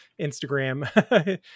Instagram